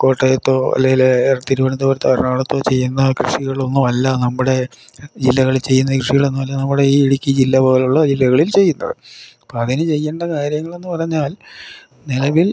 കോട്ടയത്തോ അല്ലെങ്കിൽ തിരുവനന്തപുരത്തോ എറണാകുളത്തോ ചെയ്യുന്ന കൃഷികളൊന്നും അല്ല നമ്മുടെ ജില്ലകളിൽ ചെയ്യുന്ന കൃഷികളൊന്നും അല്ല നമ്മുടെ ഈ ഇടുക്കി ജില്ല പോലുള്ള ജില്ലകളിൽ ചെയ്യുന്നത് അപ്പോൾ അതിന് ചെയ്യേണ്ട കാര്യങ്ങളെന്നു പറഞ്ഞാൽ നിലവിൽ